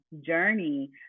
journey